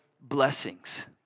blessings